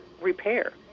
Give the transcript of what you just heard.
repair